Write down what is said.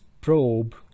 probe